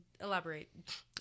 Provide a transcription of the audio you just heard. Elaborate